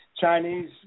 Chinese